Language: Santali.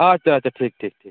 ᱟᱪᱷᱟ ᱟᱪᱷᱟ ᱴᱷᱤᱠ ᱴᱷᱤᱠ ᱴᱷᱤᱠ